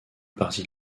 partie